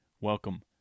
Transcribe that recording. Welcome